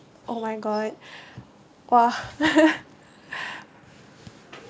oh my god !wah!